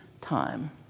time